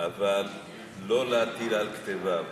אבל לא להטיל על כתפיו.